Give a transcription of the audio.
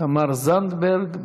תמר זנדברג.